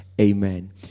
Amen